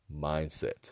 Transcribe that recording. mindset